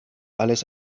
alles